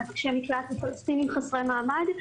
מבקשי מקלט ופלסטינים חסרי מעמד.